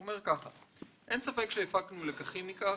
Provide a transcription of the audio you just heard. הוא אומר ככה: "אין ספק שהפקנו לקחים מאז,